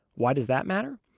why does that matter?